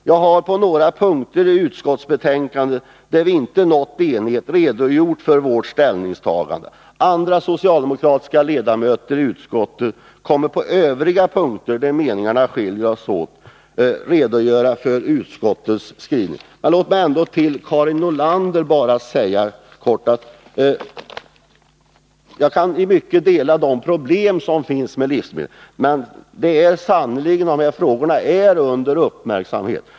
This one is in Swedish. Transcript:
Jag har på några av de punkter i utskottsbetänkandet där vi inte nått enighet redogjort för vårt ställningstagande. Andra socialdemokratiska ledamöter i utskottet kommer att redogöra för de övriga punkter i utskottsskrivningen där meningarna skiljer oss åt. Låt mig till Karin Nordlander bara kort säga att jag i mycket kan hålla med ifråga om de problem som finns när det gäller livsmedel, men de här frågorna ägnas det nu uppmärksamhet åt.